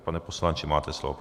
Pane poslanče, máte slovo.